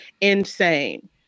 insane